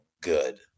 good